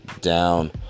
down